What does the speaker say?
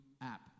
app